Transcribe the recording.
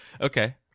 Okay